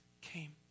came